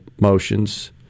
motions